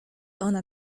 ona